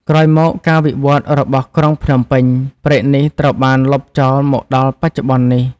ក្រោយមកការវិវត្តន៍របស់ក្រុងភ្នំពេញ ព្រែកនេះត្រូវបានលុបចោលមកដល់បច្ចុប្បន្ននេះ ។